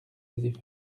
effets